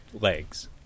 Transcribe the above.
legs